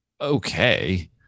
okay